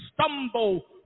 stumble